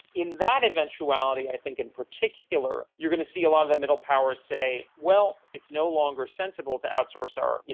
in that eventuality i think in particular you are going to see a lot of the middle powers say, well, it's no longer sensible to outsource our,